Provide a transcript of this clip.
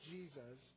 Jesus